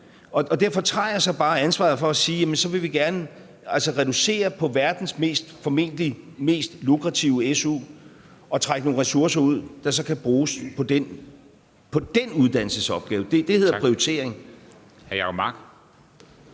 Derfor tager jeg så bare ansvaret for at sige, at så vil vi gerne reducere på verdens mest – formentlig – lukrative SU og trække nogle ressourcer ud, der så kan bruges på den uddannelsesopgave. Det hedder prioritering.